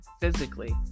physically